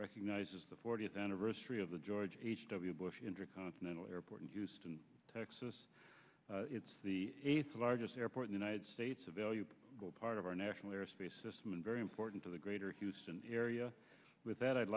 recognizes the fortieth anniversary of the george h w bush intercontinental airport in houston texas it's the largest airport in united states a valued part of our national airspace system and very important to the greater houston area with that i'd